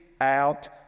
out